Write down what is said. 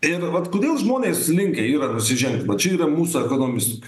ir vat kodėl žmonės linkę yra nusižengti vat čia yra mūsų ekonominės